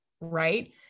Right